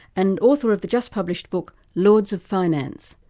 and author of the just-published book lords of finance,